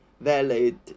valid